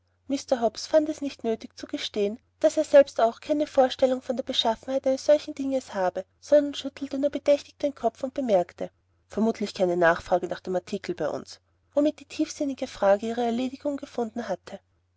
mr hobbs fand es nicht für nötig zu gestehen daß er selbst auch keine vorstellung von der beschaffenheit eines solchen dings habe sondern schüttelte nur bedächtig den kopf und bemerkte vermutlich keine nachfrage nach dem artikel bei uns womit die tiefsinnige frage ihre erledigung gefunden hatte